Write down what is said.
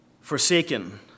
forsaken